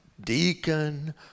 deacon